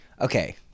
okay